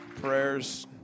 prayers